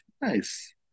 nice